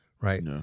right